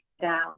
down